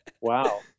Wow